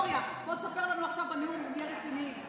האופוזיציה גם תמיד נהנית כשיש אופוזיציה